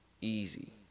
Easy